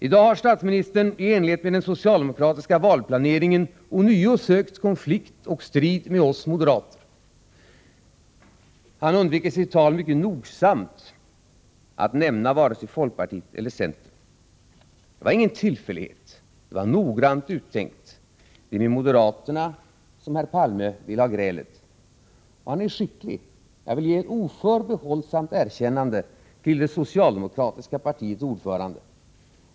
I dag har statsministern i enlighet med den socialdemokratiska valplaneringen ånyo sökt konflikt och strid med oss moderater. Han undvek mycket nogsamt att i sitt tal nämna vare sig folkpartiet eller centern. Det var ingen tillfällighet. Det var noggrant uttänkt. Det är med moderaterna som herr Palme vill ha grälet. Och han är skicklig. Jag vill ge ett oförbehållsamt erkännande till det socialdemokratiska partiets ordförande.